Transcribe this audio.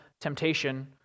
temptation